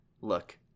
Look